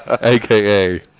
AKA